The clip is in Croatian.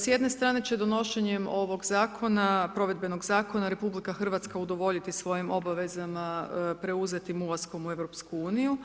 S jedne strane će donošenje ovog zakona, provedbenog zakona, RH, udovoljiti svojim obavezama, preuzeti ulaskom u EU.